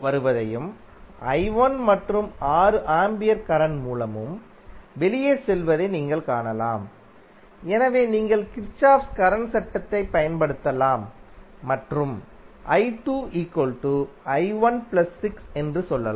வருவதையும் மற்றும் 6 ampere current மூலமும் வெளியே செல்வதை நீங்கள் காணலாம் எனவே நீங்கள் கிர்ச்சோஃப் கரண்ட் சட்டத்தைப் பயன்படுத்தலாம் மற்றும் என்று சொல்லலாம்